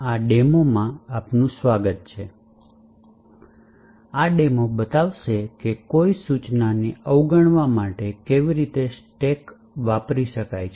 આ ડેમો બતાવશે કે કોઈ સૂચનાને અવગણવા માટે કેવી રીતે સ્ટેક કઈ રીતે વાપરી શકાય છે